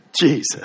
Jesus